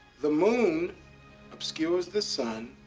the moon obscures the sun,